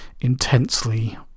intensely